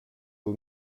aux